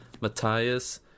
Matthias